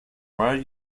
where